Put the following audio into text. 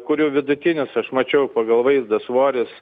kurių vidutinis aš mačiau pagal vaizdą svoris